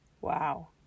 Wow